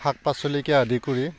শাক পাচলিকে আদি কৰি